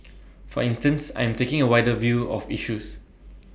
for instance I am taking A wider view of issues